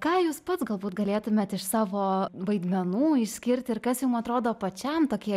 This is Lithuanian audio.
ką jūs pats galbūt galėtumėt iš savo vaidmenų išskirt ir kas jum atrodo pačiam tokie